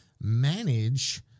manage